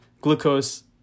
glucose